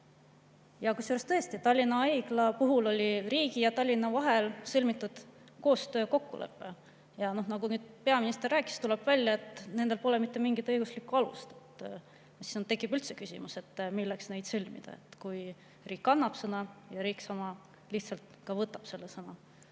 Kusjuures, tõesti, Tallinna Haigla puhul oli riigi ja Tallinna vahel sõlmitud koostöökokkulepe. Nagu peaminister rääkis, tuleb välja, et nendel pole mitte mingit õiguslikku alust. Siis tekib üldse küsimus, milleks neid sõlmida, kui riik annab sõna ja riik sama lihtsalt ka võtab sõna. Ma